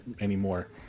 anymore